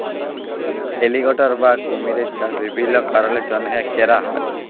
alligator বা কুমিরের চাষ বিভিল্ল্য কারলের জ্যনহে ক্যরা হ্যয়